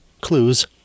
Clues